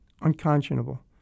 unconscionable